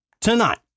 tonight